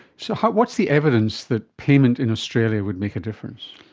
so what's the evidence that payment in australia would make a difference?